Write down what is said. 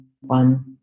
one